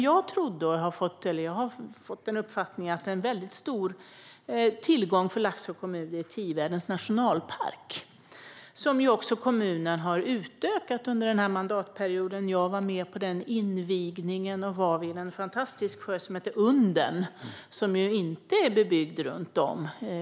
Jag har fått uppfattningen att en väldigt stor tillgång för Laxå kommun är Tivedens nationalpark, som kommunen också har utökat under mandatperioden. Jag var med på den invigningen och var vid en fantastisk sjö som heter Unden, som inte är bebyggd runt om.